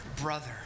brother